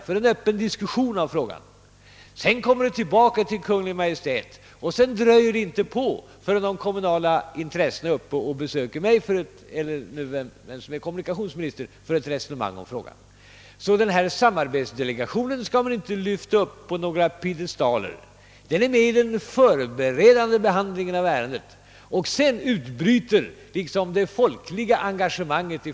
Därefter kommer ärendet tillbaka till Kungl. Maj:t, och sedan dröjer det inte förrän de kommunala intressenterna besöker kommunikations ministern för ett resonemang. Samarbetsdelegationen skall man alltså inte lyfta upp på någon piedestal. Den är med i den förberedande behandlingen av ärendet, och sedan utbryter det folkliga engagemanget.